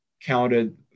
Counted